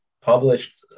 published